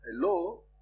Hello